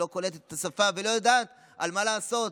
שלא קולטת את השפה ולא יודעת מה לעשות.